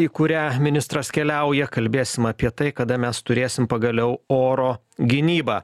į kurią ministras keliauja kalbėsim apie tai kada mes turėsim pagaliau oro gynybą